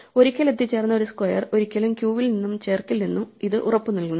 ഒരിക്കൽ എത്തിച്ചേർന്ന ഒരു സ്ക്വയർ ഒരിക്കലും ക്യൂവിൽ വീണ്ടും ചേർക്കില്ലെന്നു ഇത് ഉറപ്പുനൽകുന്നു